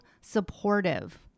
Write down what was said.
supportive